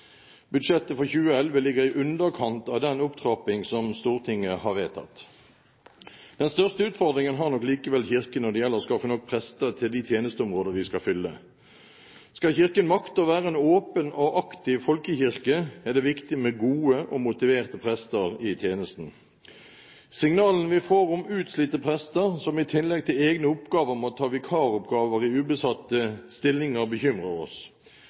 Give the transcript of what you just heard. Budsjettet for 2011 ligger i underkant av den opptrapping som Stortinget har vedtatt. Den største utfordringen har nok Kirken likevel når det gjelder å skaffe nok prester til de tjenesteområder de skal fylle. Skal Kirken makte å være en åpen og aktiv folkekirke, er det viktig med gode og motiverte prester i tjenesten. Signalene vi får om utslitte prester som i tillegg til egne oppgaver må ta vikaroppgaver i ubesatte stillinger, bekymrer oss.